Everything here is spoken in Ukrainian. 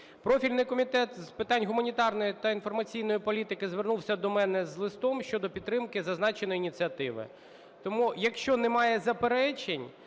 Профільний Комітет з питань гуманітарної та інформаційної політики звернувся до мене з листом щодо підтримки зазначеної ініціативи. Тому, якщо немає заперечень,